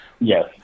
Yes